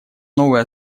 новые